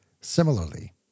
Similarly